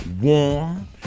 Warm